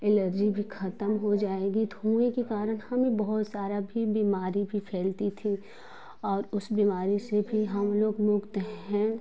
allergy भी ख़त्म हो जाएगी धुएँ के कारण हमें बहुत सारा भी बीमारी भी फैलती थी और उस बीमारी से भी हम लोग मुक्त हैं